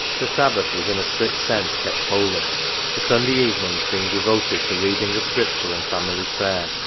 the sabbath was in a strict sense kept holy the sunday evenings being devoted to reading the scripture and family prayer.